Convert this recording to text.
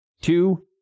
two